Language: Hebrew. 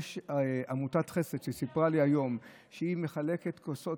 יש עמותת חסד שסיפרה לי היום שהיא מחלקת כוסות